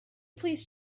please